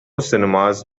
cinemas